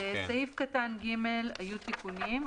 בסעיף קטן (ג) היו תיקונים.